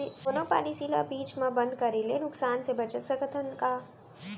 कोनो पॉलिसी ला बीच मा बंद करे ले नुकसान से बचत सकत हन का?